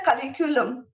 curriculum